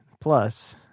plus